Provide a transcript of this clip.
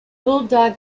bulldog